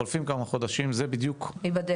חולפים עוד כמה חודשים זאת בדיוק הבעיה,